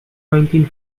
nineteen